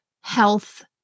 health